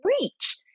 reach